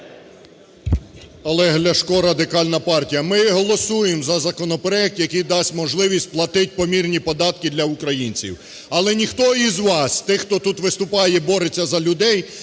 Олег Ляшко, Радикальна партія. Ми голосуємо за законопроект, який дасть можливість платити помірні податки для українців. Але ніхто із вас, тих, хто тут виступає і бореться за людей,